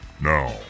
Now